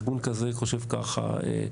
ארגון כזה חושב ככה,